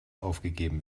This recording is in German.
aufgegeben